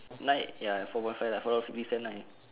nine ya four point five lah four dollar fifty cent nine